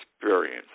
experience